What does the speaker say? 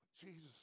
Jesus